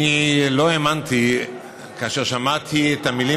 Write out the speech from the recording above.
אני לא האמנתי כאשר שמעתי את המילים